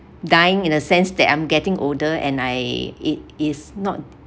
dying in a sense that I'm getting older and I it is not